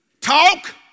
talk